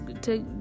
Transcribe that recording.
take